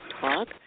talk